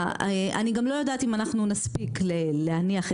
אני גם לא יודעת אם אנחנו נספיק להניח את